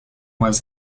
was